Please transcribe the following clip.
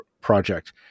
project